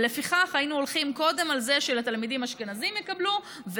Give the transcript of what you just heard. ולפיכך הולכים קודם על זה שתלמידים אשכנזים יקבלו,